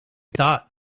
thought